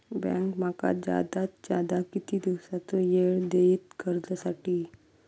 Bank माका जादात जादा किती दिवसाचो येळ देयीत कर्जासाठी?